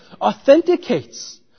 authenticates